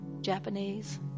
Japanese